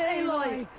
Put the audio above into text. aloy.